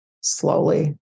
slowly